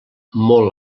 molt